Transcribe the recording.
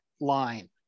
line